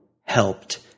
helped